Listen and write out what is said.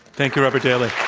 thank you, robert daly.